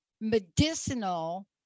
medicinal